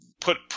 put